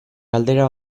galdera